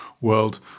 world